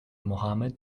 mohammad